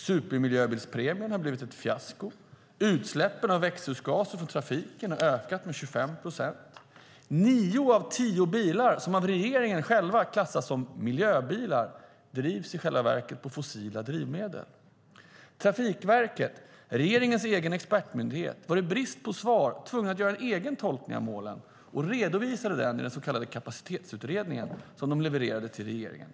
Supermiljöbilspremien har blivit ett fiasko och utsläppen av växthusgaser från trafiken har ökat med 25 procent. Nio av tio bilar som av regeringen själv klassas som miljöbilar drivs i själva verket med fossila drivmedel. Trafikverket, regeringens egen expertmyndighet, var i brist på svar tvunget att göra en egen tolkning av målen och redovisade den i den så kallade Kapacitetsutredningen, som verket levererade till regeringen.